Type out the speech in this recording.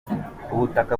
ubutaka